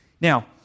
Now